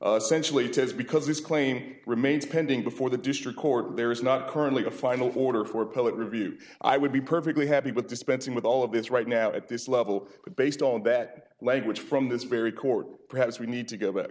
test because this claim remains pending before the district court there is not currently a final order for public review i would be perfectly happy with dispensing with all of this right now at this level but based on that language from this very court perhaps we need to go